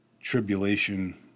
tribulation